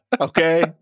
Okay